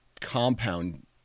compound